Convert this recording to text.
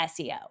SEO